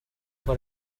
per